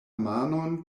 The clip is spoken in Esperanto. manon